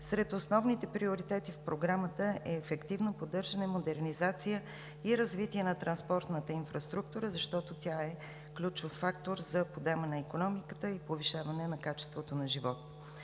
Сред основните приоритети в Програмата е ефективно поддържане, модернизация и развитие на транспортната инфраструктура, защото тя е ключов фактор за подема на икономиката и повишаване на качеството на живот.